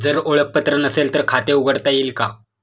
जर ओळखपत्र नसेल तर खाते उघडता येईल का?